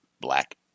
black